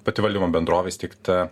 pati valdymo bendrovė įsteigta